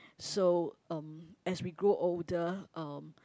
so um as we grow older uh